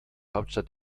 hauptstadt